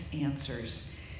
Answers